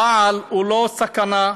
הבעל הוא לא סכנה.